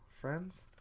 friends